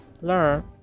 learn